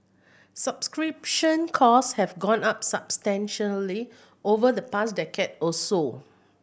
subscription cost have gone up substantially over the past decade or so